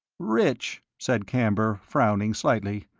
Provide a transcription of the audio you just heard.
rich? said camber, frowning slightly.